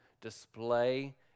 display